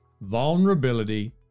vulnerability